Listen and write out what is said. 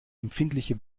empfindliche